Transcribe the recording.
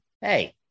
hey